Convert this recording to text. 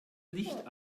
licht